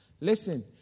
Listen